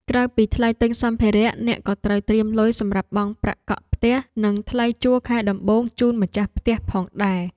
ក្រៅពីថ្លៃទិញសម្ភារៈអ្នកក៏ត្រូវត្រៀមលុយសម្រាប់បង់ប្រាក់កក់ផ្ទះនិងថ្លៃជួលខែដំបូងជូនម្ចាស់ផ្ទះផងដែរ។